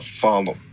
follow